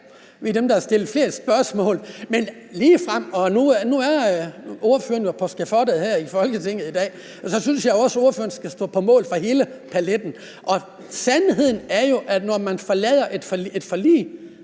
vi er dem, der har stillet flest spørgsmål. Nu er ordføreren jo på skafottet her i Folketinget i dag, og så synes jeg også, ordføreren skal stå på mål for hele paletten. Sandheden er jo, at når man forlader et forlig,